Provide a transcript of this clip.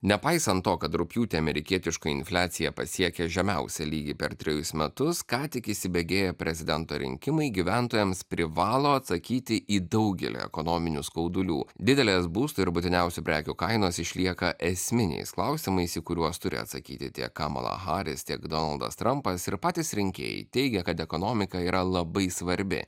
nepaisant to kad rugpjūtį amerikietiška infliacija pasiekė žemiausią lygį per trejus metus ką tik įsibėgėję prezidento rinkimai gyventojams privalo atsakyti į daugelį ekonominių skaudulių didelės būsto ir būtiniausių prekių kainos išlieka esminiais klausimais į kuriuos turi atsakyti tiek kamala haris tiek donaldas trampas ir patys rinkėjai teigia kad ekonomika yra labai svarbi